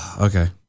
Okay